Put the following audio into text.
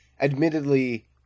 admittedly